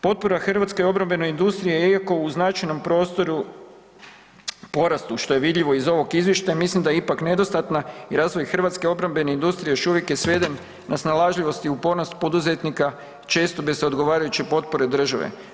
Potpora hrvatskoj obrambenoj industriji je .../nerazumljivo/... u značajnom prostoru u porastu, što je vidljivo iz ovog Izvještaja i mislim da je ipak nedostatna i razvoj hrvatske obrambene industrije još uvijek je sveden na snalažljivosti u .../nerazumljivo/... poduzetnika i često bi se odgovarajuće potpore države.